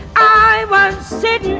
i. was. sitting.